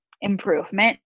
improvement